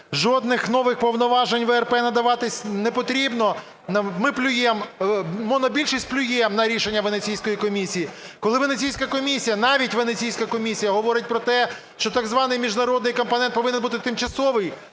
жодних нових повноважень ВРП надаватись не потрібно, ми плюємо, монобільшість плює на рішення Венеційської комісії. Коли Венеційська комісія, навіть Венеційська комісія говорить про те, що так званий міжнародний компонент повинен бути тимчасовий,